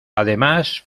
además